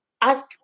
Ask